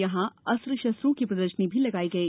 यहां अस्त्र शस्त्रों की प्रदर्शनी भी लगाई गई